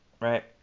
right